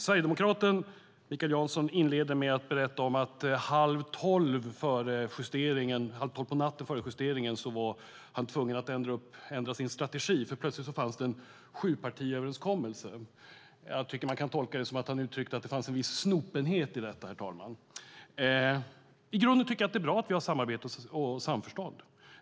Sverigedemokraten Mikael Jansson inledde med att berätta att han halv tolv på natten före justeringen var tvungen att ändra sin strategi eftersom det plötsligt fanns en sjupartiöverenskommelse. Det kan tolkas som att han uttryckte att det fanns en viss snopenhet i detta. I grunden är det bra att vi har samarbete och samförstånd.